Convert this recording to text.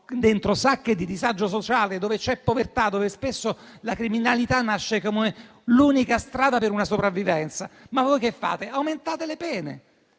dentro sacche di disagio sociale dove c'è povertà e dove spesso la criminalità nasce come l'unica strada per una sopravvivenza. Rispetto a ciò, però, voi aumentate le pene